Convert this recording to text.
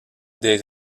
des